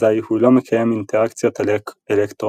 אזי הוא לא מקיים אינטראקציות אלקטרומגנטיות